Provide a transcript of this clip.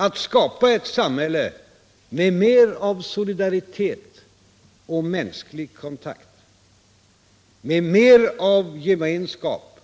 Att skapa ett samhälle med mer av solidaritet och mänsklig kontakt, med mer av gemenskap